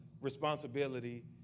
responsibility